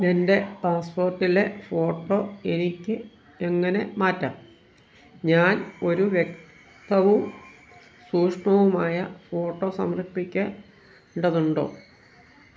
എൻ്റെ പാസ്പോർട്ടിലെ ഫോട്ടോ എനിക്ക് എങ്ങനെ മാറ്റാം ഞാൻ ഒരു വ്യക്തവും സൂക്ഷ്മവുമായ ഫോട്ടോ സമർപ്പിക്കേണ്ടതുണ്ടോ